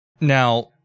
Now